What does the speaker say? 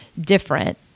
different